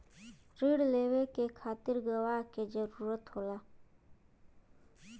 रिण लेवे के खातिर गवाह के जरूरत होला